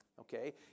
okay